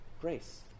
grace